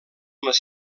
les